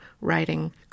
writing